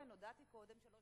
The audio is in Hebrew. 14:33 ונתחדשה בשעה